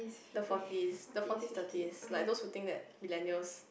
the forties the forties thirties like those who think that millennials